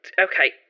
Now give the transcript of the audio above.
okay